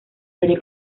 serie